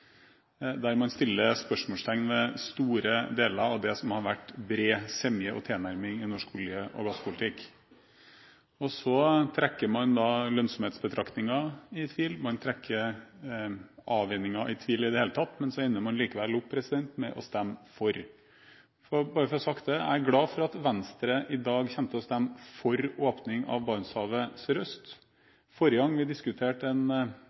der man setter store spørsmålstegn ved store deler av det som det har vært bred semje om og tilnærming til i norsk olje- og gasspolitikk. Så trekker man lønnsomhetsbetraktningen i tvil. Man trekker avvenningen i tvil i det hele tatt, men så ender man likevel opp med å stemme for. Bare for å få sagt det: Jeg er glad for at Venstre i dag kommer til å stemme for åpning av Barentshavet sørøst. Forrige gang vi diskuterte en